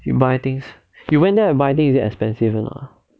you buy things you went there and buy things is it expensive or not ah